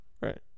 right